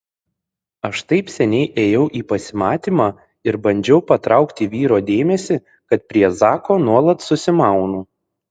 aš taip seniai ėjau į pasimatymą ir bandžiau patraukti vyro dėmesį kad prie zako nuolat susimaunu